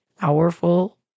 powerful